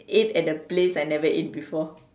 ate at a place I never ate before